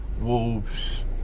Wolves